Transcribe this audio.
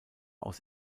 aus